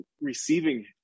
receiving